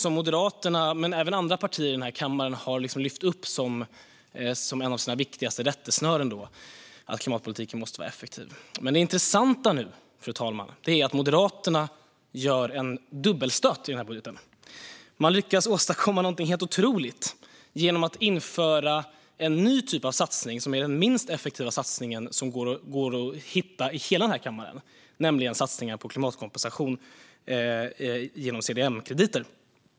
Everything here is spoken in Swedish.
Moderaterna och andra partier i kammaren har lyft upp som ett av de viktigaste rättesnörena att klimatpolitiken måste vara effektiv. Det intressanta är att Moderaterna gör en dubbelstöt. Man lyckas åstadkomma något helt otroligt genom att införa en ny typ av satsning som är den minst effektiva satsningen som kan hittas i hela kammaren, nämligen satsningar på klimatkompensation med hjälp av CDM-krediter.